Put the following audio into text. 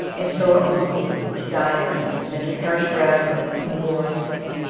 if so it must be, to die therein, than to perish gradually and ingloriously.